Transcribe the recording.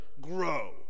grow